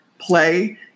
play